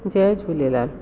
Jay Jhulelal